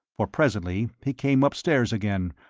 for presently he came upstairs again,